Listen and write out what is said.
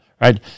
right